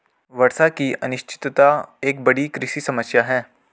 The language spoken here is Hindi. वर्षा की अनिश्चितता एक बड़ी कृषि समस्या है